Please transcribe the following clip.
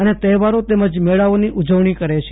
અને તહેવારો તેમજ મેળાઓની ઉજવણી કરે છે